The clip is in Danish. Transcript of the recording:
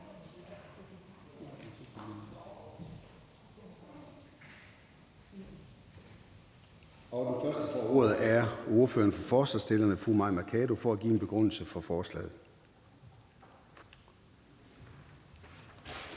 der får ordet, er ordføreren for forslagsstillerne, fru Mai Mercado, for at give en begrundelse for forslaget.